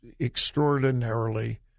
extraordinarily